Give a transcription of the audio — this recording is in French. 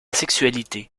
sexualité